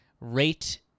Rate